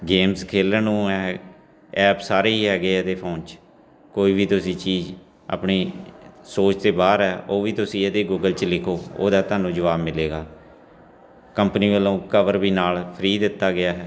games ਖੇਡਣ ਨੂੰ ਹੈ ਐਪ ਸਾਰੇ ਹੀ ਹੈਗੇ ਇਹਦੇ ਫੋਨ 'ਚ ਕੋਈ ਵੀ ਤੁਸੀਂ ਚੀਜ਼ ਆਪਣੀ ਸੋਚ ਤੋਂ ਬਾਹਰ ਹੈ ਉਹ ਵੀ ਤੁਸੀਂ ਇਹਦੇ ਗੂਗਲ 'ਚ ਲਿਖੋ ਉਹਦਾ ਤੁਹਾਨੂੰ ਜਵਾਬ ਮਿਲੇਗਾ ਕੰਪਨੀ ਵੱਲੋਂ ਕਵਰ ਵੀ ਨਾਲ ਫਰੀ ਦਿੱਤਾ ਗਿਆ ਹੈ